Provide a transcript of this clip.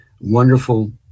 wonderful